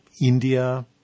India